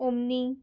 omni